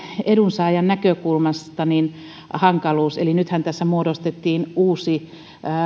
edunsaajan näkökulmasta tietynlainen hankaluus nythän tässä muodostettiin tavallaan uusi